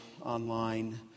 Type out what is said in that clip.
online